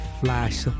Flash